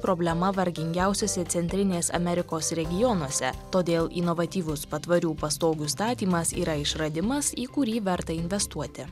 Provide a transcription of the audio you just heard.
problema vargingiausiuose centrinės amerikos regionuose todėl inovatyvus patvarių pastogių statymas yra išradimas į kurį verta investuoti